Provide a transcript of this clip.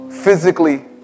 physically